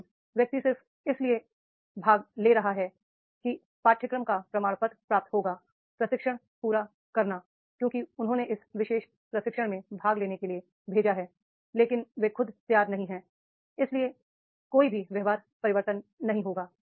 लेकिन व्यक्ति सिर्फ इसलिए ले रहा है कि पाठ्यक्रम का प्रमाण पत्र प्राप्त होगा प्रशिक्षण पूरा करना क्योंकि उन्होंने इस विशेष प्रशिक्षण में भाग लेने के लिए भेजा है लेकिन वे खुद तैयार नहीं हैं इसलिए कोई भी व्यवहार परिवर्तन नहीं होगा